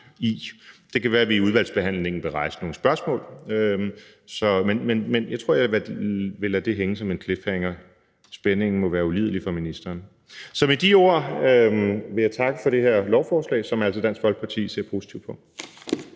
Det kan være, at vi i udvalgsbehandlingen vil rejse nogle spørgsmål. Men jeg tror, jeg vil lade det hænge som en cliffhanger. Spændingen må være ulidelig for ministeren. Så med de ord vil jeg takke for det her lovforslag, som Dansk Folkeparti altså ser positivt på.